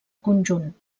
conjunt